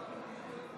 רבה.